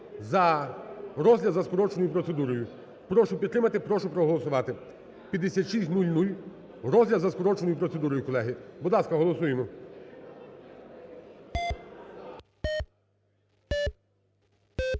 за розгляд за скороченою процедурою. Прошу підтримати, прошу проголосувати 5600, розгляд за скороченою процедурою, колеги. Будь ласка, голосуємо.